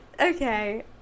Okay